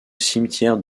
cimetière